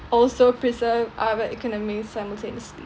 also preserve our economy simultaneously